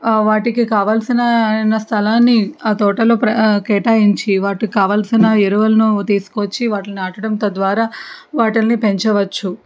వాటికి కావాల్సిన స్థలాన్ని ఆ తోటలో ప్ర కేటాయించి వాటికి కావలసిన ఎరువులను తీసుకొచ్చి వాటిల్ని నాటడం తద్వారా వాటిల్ని పెంచవచ్చు